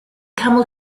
camel